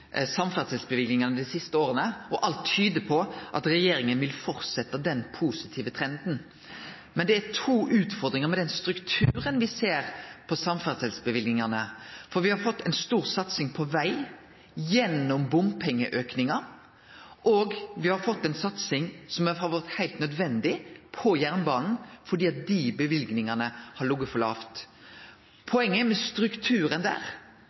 dei siste åra, og alt tyder på at regjeringa vil fortsetje den positive trenden. Men det er to utfordringar med den strukturen me ser på samferdsleløyvingane, for me har fått ei stor satsing på veg gjennom auke innan bompengar, og me har fått ei satsing på jernbane som har vore heilt nødvendig, fordi dei løyvingane har lege for lågt. Poenget med strukturen der